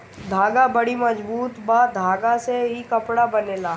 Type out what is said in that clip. धागा बड़ी मजबूत बा धागा से ही कपड़ा बनेला